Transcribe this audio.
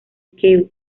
kew